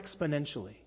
exponentially